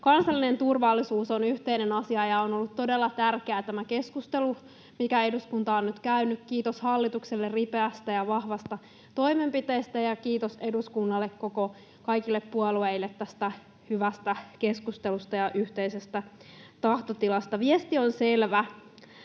Kansallinen turvallisuus on yhteinen asia, ja on ollut todella tärkeää tämä keskustelu, minkä eduskunta on nyt käynyt. Kiitos hallitukselle ripeästä ja vahvasta toimenpiteestä ja kiitos eduskunnalle, kaikille puolueille tästä hyvästä keskustelusta ja yhteisestä tahtotilasta. Viesti on selvä,